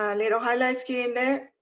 ah little highlights here and